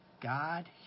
God